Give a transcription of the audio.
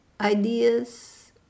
ideas